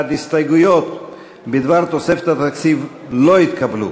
61. הסתייגויות בדבר תוספת התקציב לא התקבלו.